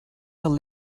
del